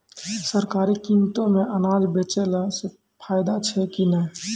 सरकारी कीमतों मे अनाज बेचला से फायदा छै कि नैय?